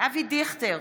אבי דיכטר,